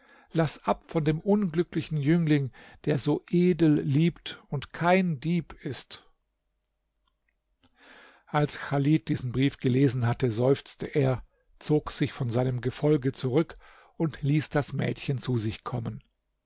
laß ab von dem unglücklichen jüngling der so edel liebt und kein dieb ist als chalid diesen brief gelesen hatte seufzte er zog sich von seinem gefolge zurück und ließ das mädchen zu sich kommen